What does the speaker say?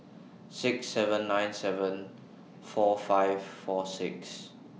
six seven nine seven four five four six